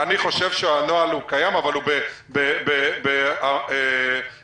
אני חושב שהנוהל קיים, אבל בסבירות מאוד נמוכה.